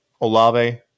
olave